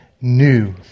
new